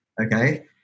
okay